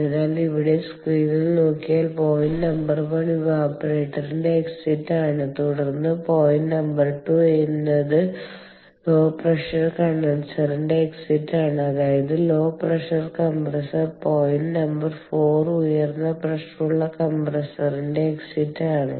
അതിനാൽ ഇവിടെ സ്ക്രീനിൽ നോക്കിയാൽ പോയിന്റ് നമ്പർ 1 ഇവാപറേറ്ററിന്റെ എക്സിറ്റ് ആണ് തുടർന്ന് പോയിന്റ് നമ്പർ 2 എന്നത് ലോ പ്രഷർ കണ്ടൻസറിന്റെ എക്സിറ്റ് ആണ് അതായത് low pressure compressor point number 4 ഉയർന്ന പ്രഷറുള്ള കംപ്രസ്സറിന്റെ എക്സിറ്റ് ആണ്